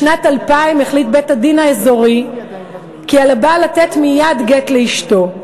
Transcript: בשנת 2000 החליט בית-הדין האזורי כי על הבעל לתת מייד גט לאשתו,